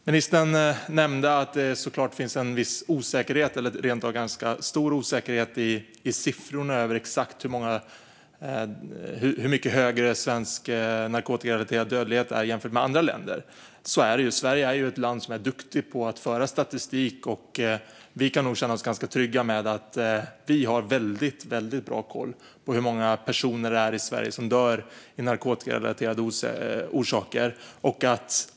Ministern nämnde att det såklart finns en viss, eller rent av en stor, osäkerhet när det gäller siffrorna över hur exakt mycket högre svensk narkotikarelaterad dödlighet är jämfört med andra länders. Så är det. Sverige är duktigt på att föra statistik. Vi kan nog känna oss trygga med att vi har väldigt bra koll på hur många personer i Sverige som dör av narkotikarelaterade orsaker.